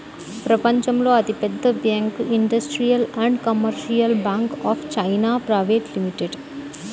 ప్రపంచంలో అతిపెద్ద bank industrial and commercial bank of China private limited